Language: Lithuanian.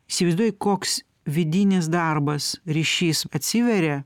įsivaizduoji koks vidinis darbas ryšys atsiveria